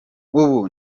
ubu